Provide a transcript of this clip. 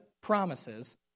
promises